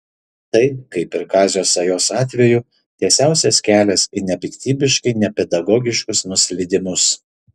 tai kaip ir kazio sajos atveju tiesiausias kelias į nepiktybiškai nepedagogiškus nuslydimus